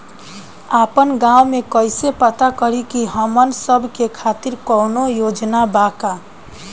आपन गाँव म कइसे पता करि की हमन सब के खातिर कौनो योजना बा का?